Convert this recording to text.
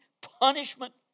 punishment